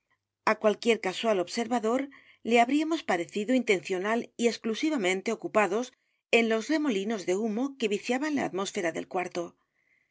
á cualquier casual observador le habríamos parecido intencional y exclusivamente ocupados con los remolinos de humo que viciaban la atmósfera del cuarto